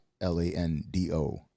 L-A-N-D-O